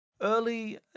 early